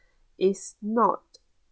is not